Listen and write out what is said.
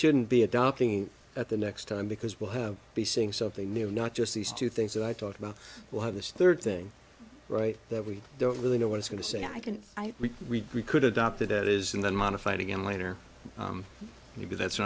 shouldn't be adopting at the next time because we'll have be saying something new not just these two things that i talked about will have this third thing right that we don't really know what it's going to say i can read greek could adopt that it is and then modify it again later maybe that's